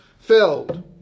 filled